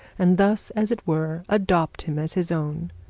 and thus, as it were, adopt him as his own.